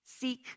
seek